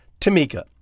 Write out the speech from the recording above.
Tamika